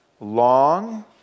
long